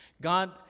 God